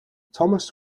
thomas